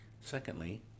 Secondly